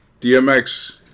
DMX